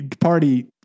party